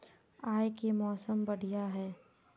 आय के मौसम बढ़िया है?